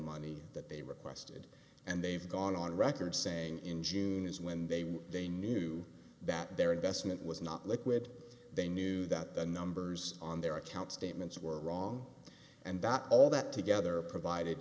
money that they requested and they've gone on record saying in june as when they when they knew that their investment was not liquid they knew that the numbers on their account statements were wrong and that all that together provided